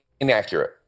inaccurate